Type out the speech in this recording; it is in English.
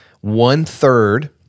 One-third –